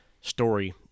story